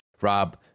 Rob